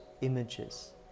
images